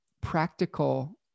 practical